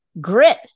grit